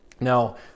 Now